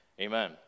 amen